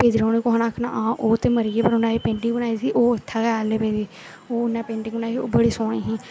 फिर जेल्लै उन्नै कुसै ने आखना हां ओह् ते मरी गेआ जि'नें एह् पेंटिंग बनाई ही ओह् उत्थै गै अल्ली पेदी ओह् उ'नें पेंटिंग बनाई ही ओह् बड़ी सोह्नी ही